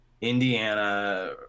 Indiana